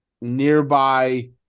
nearby